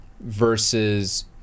versus